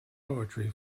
poetry